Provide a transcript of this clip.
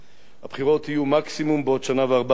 הבחירות יהיו מקסימום בעוד שנה וארבעה חודשים.